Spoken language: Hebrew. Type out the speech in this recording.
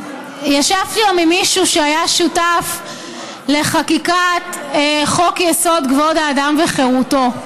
ישבתי היום עם מישהו שהיה שותף לחקיקת חוק-יסוד: כבוד האדם וחירותו,